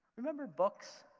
remember books?